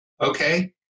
Okay